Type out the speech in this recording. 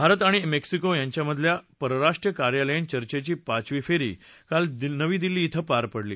भारत आणि मेक्सिको यांच्यामधे परराष्टीय कार्यालयीन चर्चेची पाचवी फेरी काल नवी दिल्ली धिं पार पडली